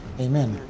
amen